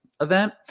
event